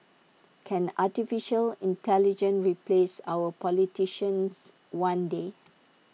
can Artificial Intelligence replace our politicians one day